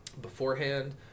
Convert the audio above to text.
beforehand